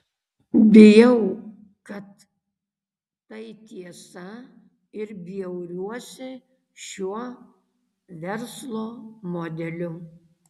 bijau kad tai tiesa ir bjauriuosi šiuo verslo modeliu